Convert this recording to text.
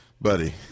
Buddy